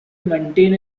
maintain